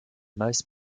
most